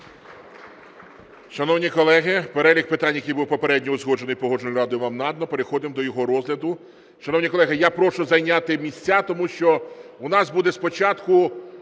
Шановні колеги, перелік питань, який був попередньо узгоджений Погоджувальною радою, вам надано, переходимо до його розгляду. Шановні колеги, я прошу зайняти місця, тому що у нас буде спочатку